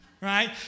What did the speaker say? right